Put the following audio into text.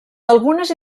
algunes